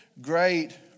great